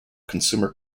consumer